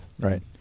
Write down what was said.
right